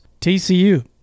TCU